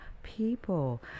people